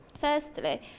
Firstly